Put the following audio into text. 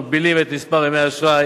המגבילים את מספר ימי האשראי